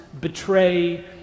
betray